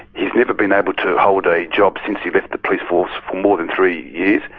he's never been able to hold a job since he left the police force for more than three years.